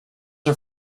are